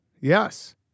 Yes